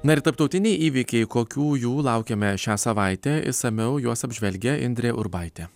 na ir tarptautiniai įvykiai kokių jų laukiame šią savaitę išsamiau juos apžvelgia indrė urbaitė